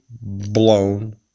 blown